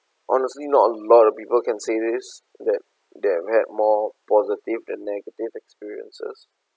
honestly not a lot of people can say this that they had more positive than negative experiences